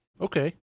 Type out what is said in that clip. Okay